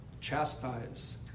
chastise